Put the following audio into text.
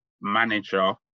manager